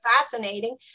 fascinating